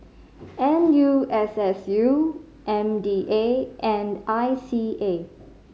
N U S S U M D A and I C A